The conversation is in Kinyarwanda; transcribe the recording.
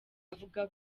avuga